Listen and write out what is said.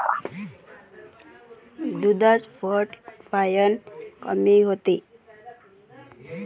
दुधाचं फॅट कायनं कमी होते?